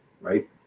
right